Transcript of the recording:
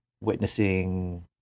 witnessing